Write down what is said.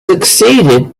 succeeded